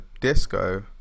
disco